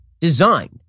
designed